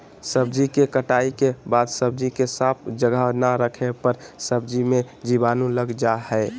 सब्जी के कटाई के बाद सब्जी के साफ जगह ना रखे पर सब्जी मे जीवाणु लग जा हय